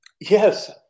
Yes